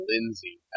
Lindsay